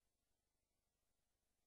תודה רבה, חבר הכנסת אריה